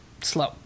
slow